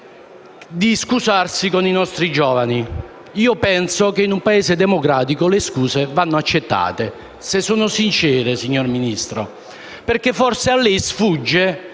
scusare con i nostri giovani. Penso che in un Paese democratico le scuse vadano accettate se sono sincere, signor Ministro. Forse a lei sfugge